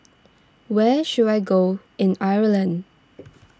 where should I go in Ireland